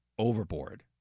overboard